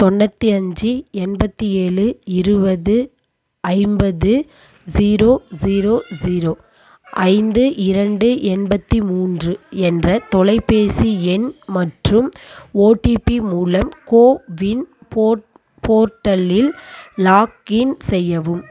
தொண்ணூற்றி அஞ்சு எண்பத்தி ஏழு இருபது ஐம்பது ஜீரோ ஜீரோ ஜீரோ ஐந்து இரண்டு எண்பத்தி மூன்று என்ற தொலைபேசி எண் மற்றும் ஓடிபி மூலம் கோவின் போர்ட் போர்ட்டலில் லாக்இன் செய்யவும்